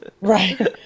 right